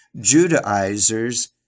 Judaizers